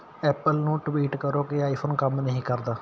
Apple ਨੂੰ tweet ਕਰੋ ਕਿ ਆਈਫੋਨ ਕੰਮ ਨਹੀਂ ਕਰਦਾ